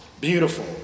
beautiful